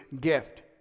gift